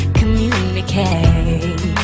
communicate